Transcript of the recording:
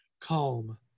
calm